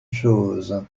chose